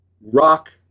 rock